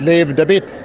lived a bit,